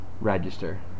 register